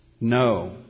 No